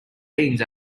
beans